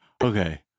okay